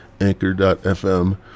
Anchor.fm